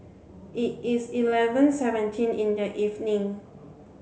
it is eleven seventeen in the evening